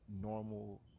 normal